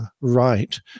right